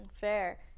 fair